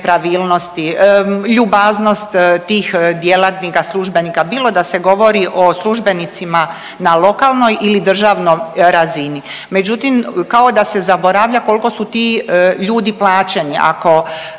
nepravilnosti. Ljubaznost tih djelatnika, službenika bilo da se govori o službenicima na lokalnoj ili državnoj razini. Međutim kao da se zaboravlja kolko su ti ljudi plaćeni. Ako